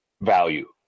value